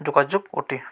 ଯୋଗାଯୋଗ ଅଟେ